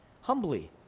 humbly